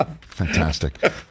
Fantastic